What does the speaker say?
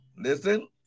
Listen